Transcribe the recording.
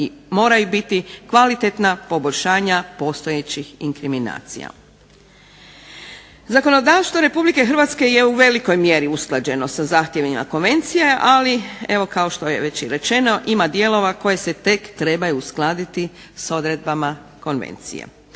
moraju biti kvalitetna poboljšanja postojećih inkriminacija. Zakonodavstvo RH je u velikoj mjeri usklađeno sa zahtjevima konvencije, ali evo kao što je već i rečeno ima dijelova koji se tek trebaju uskladiti s odredbama konvencije.